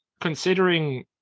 considering